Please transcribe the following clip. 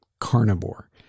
carnivore